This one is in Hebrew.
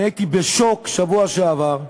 אני הייתי בשוק בשבוע שעבר,